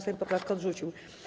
Sejm poprawkę odrzucił.